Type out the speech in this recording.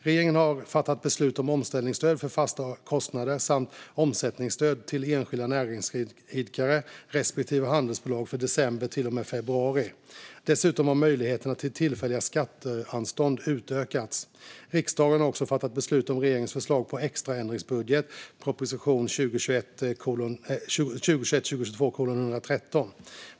Regeringen har fattat beslut om omställningsstöd för fasta kostnader samt omsättningsstöd till enskilda näringsidkare respektive handelsbolag för december till och med februari. Dessutom har möjligheterna till tillfälliga skatteanstånd utökats. Riksdagen har också fattat beslut om regeringens förslag på extra ändringsbudget, proposition 2021/22:113.